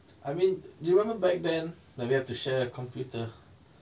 I mean do you remember back then that we have to share a computer